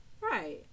Right